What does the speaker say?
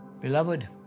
Beloved